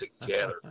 together